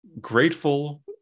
grateful